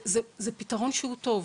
זה פתרון שהוא טוב,